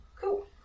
Cool